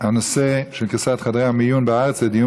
הנושא של קריסת חדרי המיון בארץ הועבר לדיון